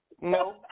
No